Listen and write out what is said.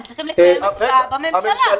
הם צריכים לקיים הצבעה בממשלה.